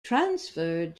transferred